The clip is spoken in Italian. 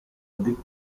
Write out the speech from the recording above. dick